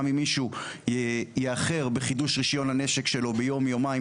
גם אם מישהו יאחר בחידוש רישיון הנשק שלו ביום-יומיים,